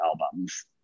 albums